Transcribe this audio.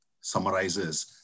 summarizes